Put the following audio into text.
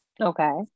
Okay